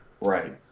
Right